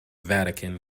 vatican